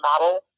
model